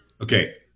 Okay